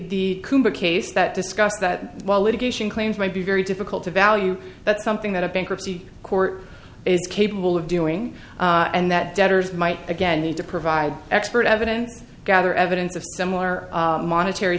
the case that discussed that while litigation claims might be very difficult to value that something that a bankruptcy court is capable of doing and that debtors might again need to provide expert evidence gather evidence of similar monetary